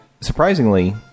surprisingly